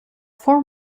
four